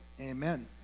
Amen